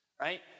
right